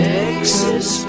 Texas